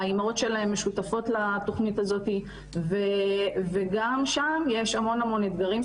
האימהות שלהן משותפות לתוכנית הזאתי וגם שם יש המון המון אתגרים,